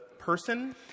person